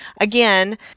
again